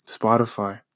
Spotify